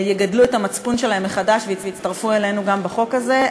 יגדלו את המצפון שלהם מחדש ויצטרפו אלינו גם בחוק הזה.